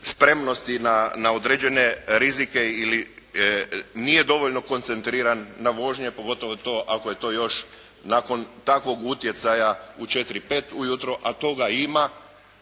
spremnosti na određene rizike ili nije dovoljno koncentriran na vožnje, pogotovo to ako je to još nakon takvog utjecaja u 4, 5 ujutro, a toga ima.